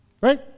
Right